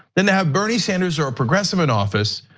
than than have bernie sanders or a progressive in office,